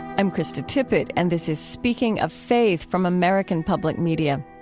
i'm krista tippett. and this is speaking of faith from american public media.